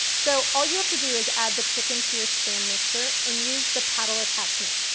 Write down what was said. so all you have to do is add the chicken to your stand mixer and use the paddle attachment.